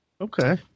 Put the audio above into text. okay